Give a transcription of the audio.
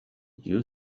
you